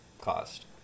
cost